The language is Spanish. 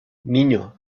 niño